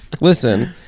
Listen